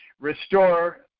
restore